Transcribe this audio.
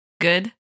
Good